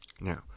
Now